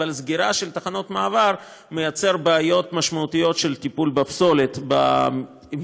אבל סגירה של תחנות מעבר יוצרת בעיות משמעותיות של טיפול בפסולת במגזר,